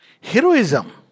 heroism